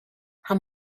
how